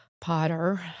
potter